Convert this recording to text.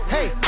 Hey